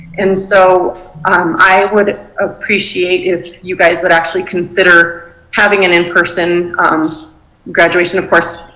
and so um i would appreciate if you guys would actually consider having an in person graduation of course.